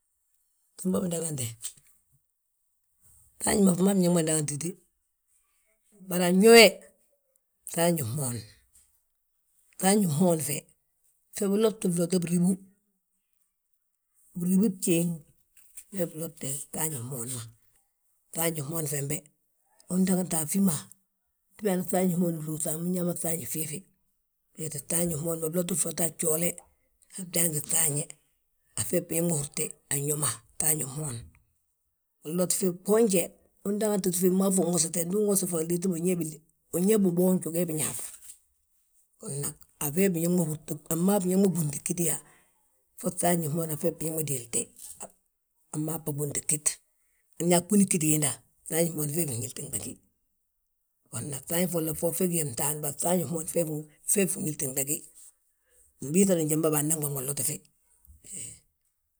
Gima bindagante, fŧafñi ma fmaafi biñaŋ ma ndagante, bari anyo we, fŧafñi fmoon, fŧafñi fmoon fe, fe biloti blote biribú. Biribú bjéŋ wee bilotte fŧafñi fmoon ma. fŧafñi fmoon fembe, undagate a fima, ndi biyaana fŧafñi fmoon fommu, unyaabà fŧafñi fiifi, we wéeti fŧafñi fmoon ma biloti flote a gjoole han fdangí fŧafñe, a feefi biñaŋ ma húrte anyo ma. Fŧafñi fmoon unlotifi boonje, undangatitifi fmaafi unwosite, ndu unwosi liiti ma win yaa ye biléb, win yaaye biboonj, wi ga yaa biñaaf. A fee a fmaa biñaŋ ma uhúrti, a fmaa biñaŋ ma déelte, a fmaa bâɓunti ggít, ñe a ɓunni ggít giinda, fŧafñi fmoon a feefi nyalti ndagí, gonag fŧafñi folla fo, fe gí ye ftaan, bari fŧafñi fmoon fee fi nhiilti gdagí. Mbiiŧanan njali ma bàa nnan ɓanŋ ma nlotifi.